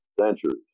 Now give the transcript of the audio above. centuries